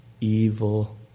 evil